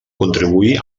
contribuir